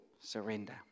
surrender